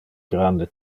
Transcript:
grande